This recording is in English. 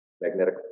magnetic